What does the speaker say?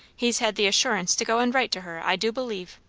he's had the assurance to go and write to her, i do believe!